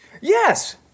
Yes